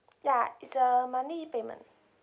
ya it's a monthly payment